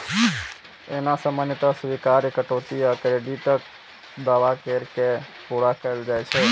एना सामान्यतः स्वीकार्य कटौती आ क्रेडिटक दावा कैर के पूरा कैल जाइ छै